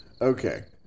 Okay